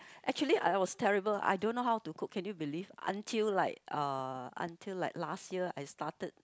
actually I was terrible I don't know how to cook can you believe until like uh until like last year I started